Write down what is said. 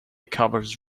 covers